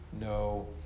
no